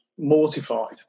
mortified